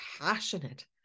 passionate